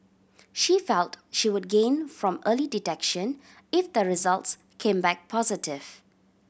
she felt she would gain from early detection if the results came back positive